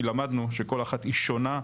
כי למדנו שכל אחת היא שונה,